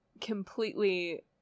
completely